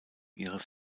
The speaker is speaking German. ihres